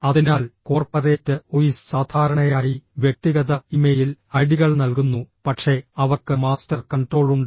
അതിനാൽ corporate office സാധാരണയായി വ്യക്തിഗത ഇമെയിൽ ഐഡികൾ നൽകുന്നു പക്ഷേ അവർക്ക് മാസ്റ്റർ കൺട്രോൾ ഉണ്ട്